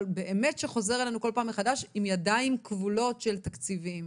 אבל באמת שחוזר אלינו כל פעם מחדש עם ידיים כבולות של תקציבים